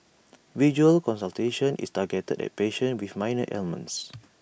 virtual consultation is targeted at patients with minor ailments